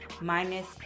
minus